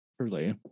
truly